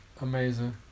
Amazing